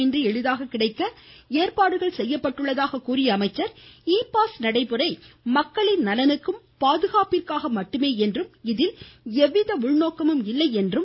இ எற்பாடு செய்யப்பட்டுள்ளதாக கூறிய அவர் இ பாஸ் நடைமுறை மக்களின் நலனுக்கும் பாதுகாப்பிற்காக மட்டுமே என்றும் இதில் எவ்வித உள்நோக்கமும் இல்லை என்று கூறினாா்